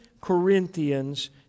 Corinthians